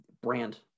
Brand